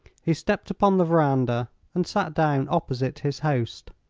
he stepped upon the veranda and sat down opposite his host.